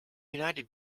united